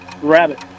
Rabbit